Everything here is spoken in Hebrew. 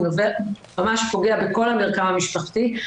זה ממש פוגע בכל המרקם המשפחתי.